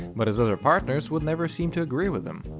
but his other partners would never seem to agree with him.